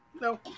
no